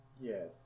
Yes